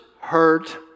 hurt